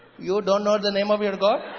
you don't know the name of your god?